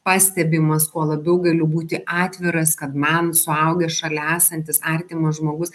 pastebimas kuo labiau galiu būti atviras kad man suaugęs šalia esantis artimas žmogus